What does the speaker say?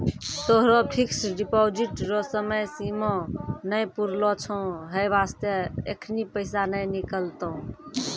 तोहरो fixed deposit रो समय सीमा नै पुरलो छौं है बास्ते एखनी पैसा नै निकलतौं